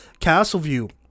Castleview